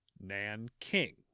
Nanking